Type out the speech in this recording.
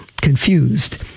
confused